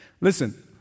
Listen